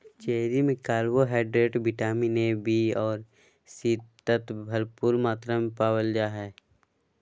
cherry में carbohydrate, vitamin A, B आर C तत्व भरपूर मात्रा में पायल जा हइ